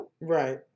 Right